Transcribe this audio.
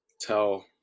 tell